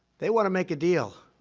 they want to make a deal.